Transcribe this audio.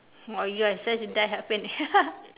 !wow! you are such a die hard fan leh